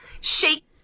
Shake